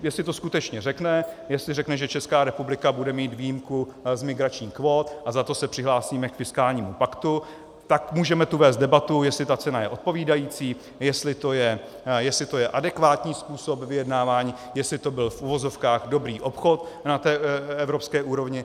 Jestli to skutečně řekne, jestli řekne, že Česká republika bude mít výjimku z migračních kvót a za to se přihlásíme k fiskálnímu paktu, tak můžeme tu vést debatu, jestli ta cena je odpovídající, jestli to je adekvátní způsob vyjednávání, jestli to byl v uvozovkách dobrý obchod na té evropské úrovni.